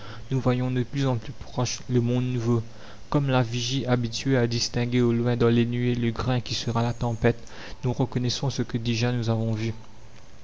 nous voyons de plus en plus proche le monde nouveau comme la vigie habituée à distinguer au loin dans les nuées le grain qui sera la tempête nous reconnaissons ce que déjà nous avons vu